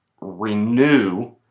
renew